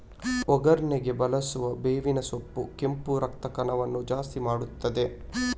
ಒಗ್ಗರಣೆಗೆ ಬಳಸುವ ಬೇವಿನ ಸೊಪ್ಪು ಕೆಂಪು ರಕ್ತ ಕಣವನ್ನ ಜಾಸ್ತಿ ಮಾಡ್ತದೆ